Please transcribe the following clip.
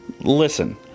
Listen